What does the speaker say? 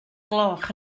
gloch